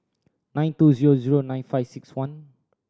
nine two zero zero nine five six one